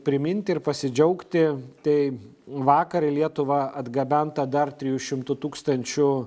priminti ir pasidžiaugti tai vakar į lietuvą atgabenta dar trijų šimtų tūkstančių